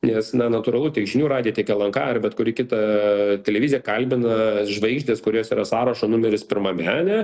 nes na natūralu tiek žinių radija tiek lnk ar bet kuri kita televizija kalbina žvaigždes kurios yra sąrašo numeris pirmame ane